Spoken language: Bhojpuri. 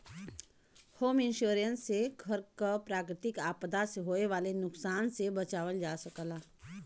होम इंश्योरेंस से घर क प्राकृतिक आपदा से होये वाले नुकसान से बचावल जा सकला